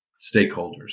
stakeholders